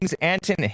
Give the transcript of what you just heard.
Anton